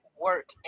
work